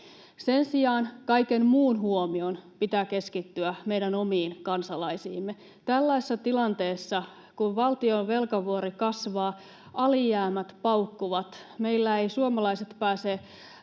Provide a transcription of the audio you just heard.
Sen sijaan kaiken muun huomion pitää keskittyä meidän omiin kansalaisiimme. Tällaisessa tilanteessa, kun valtion velkavuori kasvaa, alijäämät paukkuvat, meillä eivät suomalaiset pääse